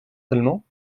seulement